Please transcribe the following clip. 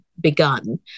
begun